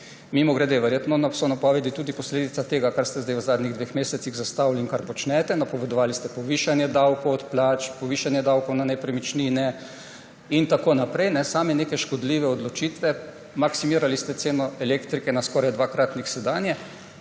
Mimogrede, verjetno so napovedi tudi posledica tega, kar ste zdaj v zadnjih dveh mesecih zastavili in kar počnete, napovedovali ste povišanje davkov od plač, povišanje davkov na nepremičnine in tako naprej, same neke škodljive odločitve, maksimirali ste ceno elektrike na skoraj dvakratnik sedanje.